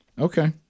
Okay